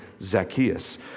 Zacchaeus